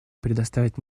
предоставить